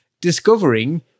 discovering